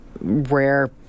rare